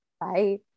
Bye